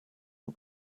nur